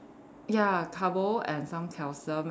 ya carbo and some calcium and